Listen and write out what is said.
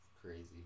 Crazy